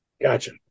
Gotcha